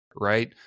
right